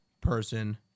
person